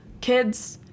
kids